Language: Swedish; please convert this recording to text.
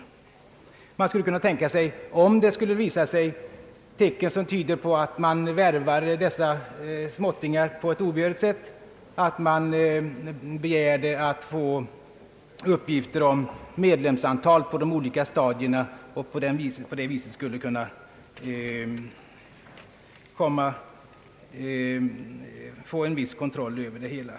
Om tecken skulle visa sig på att småttingar värvades på ett obehörigt sätt kunde man begära att få uppgifter om medlemsantal på de olika stadierna. På det sättet kunde man få en viss kontroll av verksamheten.